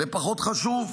לפחות חשוב,